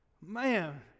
Man